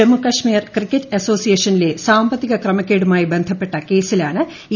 Jammu Kashmir cricket അസോസിയേഷനിലെ സാമ്പത്തിക ക്രമക്കേടുമായി ബന്ധപ്പെട്ട കേസിലാണ് ഇ